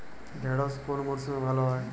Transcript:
ঢেঁড়শ কোন মরশুমে ভালো হয়?